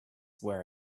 were